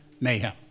mayhem